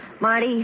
Marty